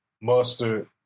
mustard